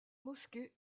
mosquée